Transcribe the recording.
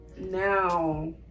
now